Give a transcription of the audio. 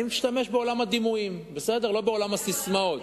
אני משתמש בעולם הדימויים, לא בעולם הססמאות.